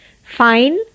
fine